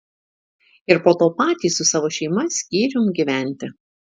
ir po to patys su savo šeima skyrium gyventi